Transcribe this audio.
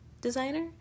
designer